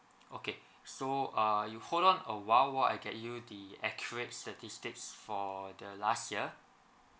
okay so uh you hold on a while while I get you the accurate statistics for the last year